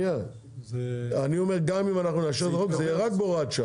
גם אם נאשר את החוק זה יהיה רק בהוראת שעה.